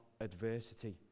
adversity